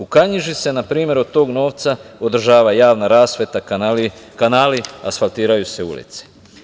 U Kanjiži se na primer od toga novca održava javna rasveta, kanali, asfaltiraju se ulice.